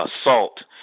assault